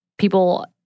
People